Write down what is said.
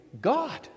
God